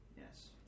yes